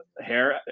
hair